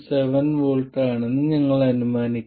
7 V ആണെന്ന് ഞങ്ങൾ അനുമാനിക്കും